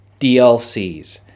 DLCs